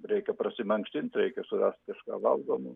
reikia prasimankštinti reikia surast kažką valgomo